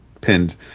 pinned